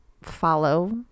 follow